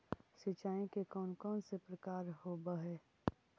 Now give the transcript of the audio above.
सिंचाई के कौन कौन से प्रकार होब्है?